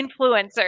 influencers